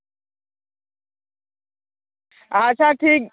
ᱟᱪᱪᱷᱟ ᱴᱷᱤᱠ